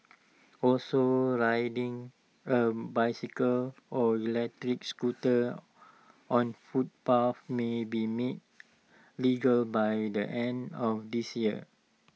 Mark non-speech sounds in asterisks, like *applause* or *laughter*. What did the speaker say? *noise* also riding A bicycle or electric scooter on footpaths may be made legal by the end of this year